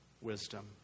wisdom